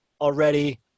already